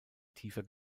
tiefer